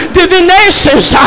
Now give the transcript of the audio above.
divinations